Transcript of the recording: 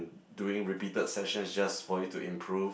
doing repeated sessions it's just for you to improve